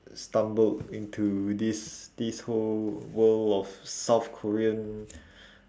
stumbled into this this whole world of south korean